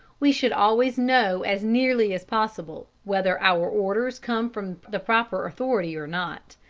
we should always know as nearly as possible whether our orders come from the proper authority or not.